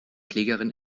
klägerin